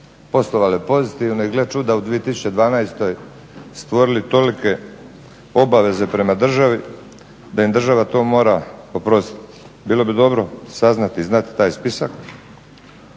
poslovale pozitivno i gle čuda u 2012. stvorili tolike obaveze prema državi da im država to mora oprostiti. Bilo bi dobro saznati i znati taj spisak.